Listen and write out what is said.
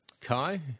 Kai